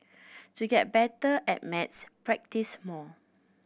to get better at maths practise more